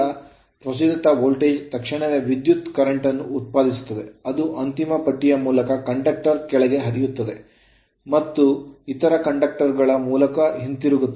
ಈಗ ಪ್ರಚೋದಿತ ವೋಲ್ಟೇಜ್ ತಕ್ಷಣವೇ ವಿದ್ಯುತ್ ಪ್ರವಾಹವನ್ನು ಉತ್ಪಾದಿಸುತ್ತದೆ ಅದು ಅಂತಿಮ ಪಟ್ಟಿಯ ಮೂಲಕ ಕಂಡಕ್ಟರ್ ಕೆಳಗೆ ಹರಿಯುತ್ತದೆ ಮತ್ತು ಇತರ ಕಂಡಕ್ಟರ್ ಗಳ ಮೂಲಕ ಹಿಂತಿರುಗುತ್ತದೆ